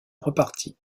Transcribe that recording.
reparti